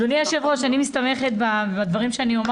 אדוני היו"ר אני מסתמכת בדברים שאומר